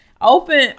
Open